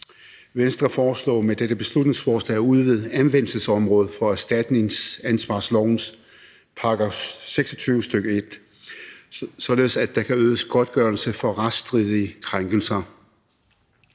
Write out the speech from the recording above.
Venstre foreslår med dette beslutningsforslag at udvide anvendelsesområdet for erstatningsansvarslovens § 26, stk. 1, således at der kan ydes godtgørelse for retsstridige krænkelser.